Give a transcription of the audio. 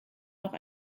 noch